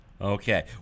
Okay